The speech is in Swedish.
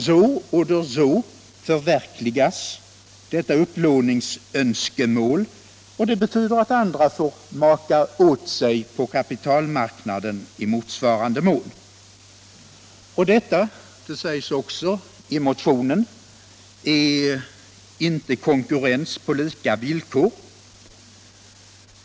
So oder so förverkligas detta upplåningsönskemål. Det betyder att andra får maka åt sig på kapitalmarknaden i motsvarande mån. Detta är inte konkurrens på lika villkor — det sägs också i motionen.